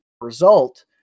result